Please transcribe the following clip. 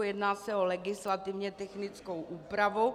Jedná o legislativně technickou úpravu.